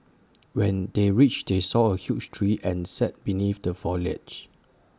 when they reached they saw A huge tree and sat beneath the foliage